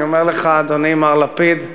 אני אומר לך, אדוני מר לפיד,